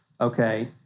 okay